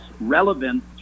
relevant